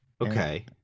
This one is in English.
okay